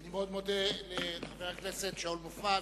אני מאוד מודה לחבר הכנסת שאול מופז,